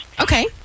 Okay